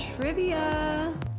trivia